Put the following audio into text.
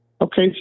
Okay